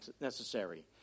necessary